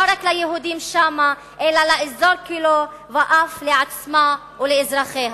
רק ליהודים שם אלא לאזור כולו ואף לעצמה ולאזרחיה.